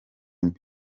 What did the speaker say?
mbi